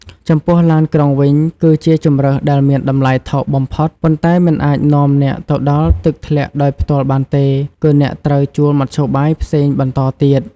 ចំពោះឡានក្រុងវិញ គឺជាជម្រើសដែលមានតម្លៃថោកបំផុត ប៉ុន្តែមិនអាចនាំអ្នកទៅដល់ទឹកធ្លាក់ដោយផ្ទាល់បានទេ គឺអ្នកត្រូវជួលមធ្យោបាយផ្សេងបន្តទៀត។